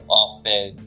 often